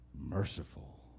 merciful